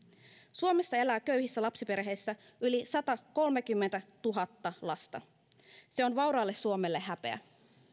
suomessa elää köyhissä lapsiperheissä yli satakolmekymmentätuhatta lasta se on vauraalle suomelle häpeä